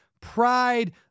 Pride